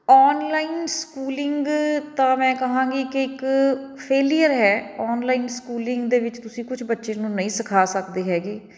online schooling ਤਾਂ ਮੈਂ ਕਹਾਂਗੀ ਕਿ ਇੱਕ ਫੇਲੀਅਰ ਹੈ ਔਨਲਾਈਨ ਸਕੂਲਿੰਗ ਦੇ ਵਿੱਚ ਤੁਸੀਂ ਕੁਝ ਬੱਚੇ ਨੂੰ ਨਹੀਂ ਸਿਖਾ ਸਕਦੇ ਹੈਗੇ